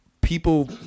People